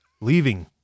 Leaving